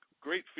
great